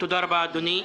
תודה רבה, אדוני.